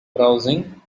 browsing